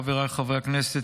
חבריי חברי הכנסת,